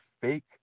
fake